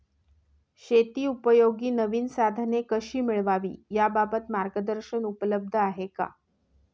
शेतीउपयोगी नवीन साधने कशी मिळवावी याबाबत मार्गदर्शन उपलब्ध आहे का?